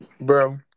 Bro